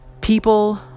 people